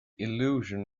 illusion